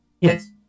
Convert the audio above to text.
Yes